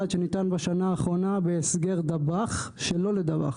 שניתן בשנה האחרונה בהסגר דבאח שלא לדבאח,